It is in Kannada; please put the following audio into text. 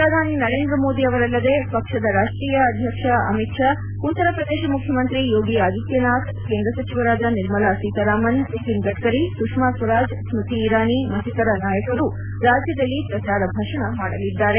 ಪ್ರಧಾನಿ ನರೇಂದ್ರ ಮೋದಿ ಅವರಲ್ಲದೆ ಪಕ್ಷದ ರಾಷ್ಷೀಯ ಅಧ್ಯಕ್ಷ ಅಮಿತ್ ಶಾ ಉತ್ತರ ಪ್ರದೇಶ ಮುಖ್ಯ ಮಂತ್ರಿ ಯೋಗಿ ಆಧಿತ್ಯನಾಥ್ ಕೇಂದ್ರ ಸಚಿವರಾದ ನಿರ್ಮಾಲ ಸೀತಾರಾಮನ್ ನಿತಿನ್ ಗಡ್ಡರಿ ಸುಷ್ಟಾಸ್ವರಾಜ್ ಸ್ತತಿ ಇರಾನಿ ಮತ್ತಿತರ ನಾಯಕರು ರಾಜ್ಯದಲ್ಲಿ ಪ್ರಚಾರ ಭಾಷಣ ಮಾಡಲಿದ್ದಾರೆ